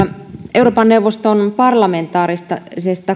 euroopan neuvoston parlamentaarisesta